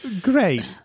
Great